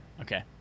okay